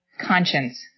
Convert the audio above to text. conscience